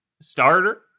Starter